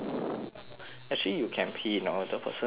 actually you can pee you know the person say you can pee